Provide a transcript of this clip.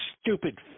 stupid